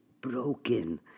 broken